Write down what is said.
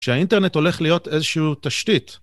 שהאינטרנט הולך להיות איזושהי תשתית.